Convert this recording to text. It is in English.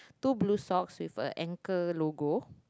two blue socks with a ankle logo